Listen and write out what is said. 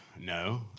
no